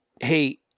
Hey